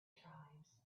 tribes